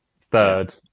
third